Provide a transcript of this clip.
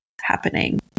happening